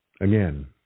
Again